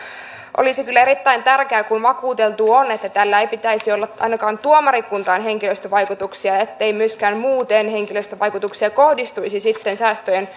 olisi kyllä erittäin tärkeää kun vakuuteltu on että tällä ei pitäisi olla ainakaan tuomarikuntaan henkilöstövaikutuksia ettei myöskään muita henkilöstövaikutuksia kohdistuisi sitten säästöjen